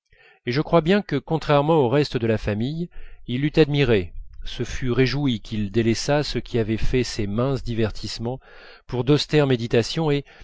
et je crois bien que contrairement au reste de la famille il l'eût admiré se fût réjoui qu'il délaissât ce qui avait fait ses minces divertissements pour d'austères méditations et